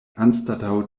anstataŭ